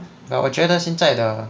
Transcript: but 我觉得现在的